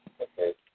Okay